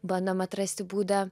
bandom atrasti būdą